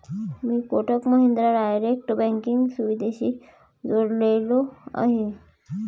मी Kotak Mahindra direct banking सुविधेशी जोडलेलो आहे?